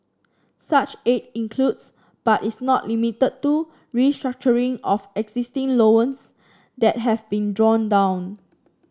such aid includes but is not limited to restructuring of existing loans that have been drawn down